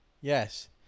yes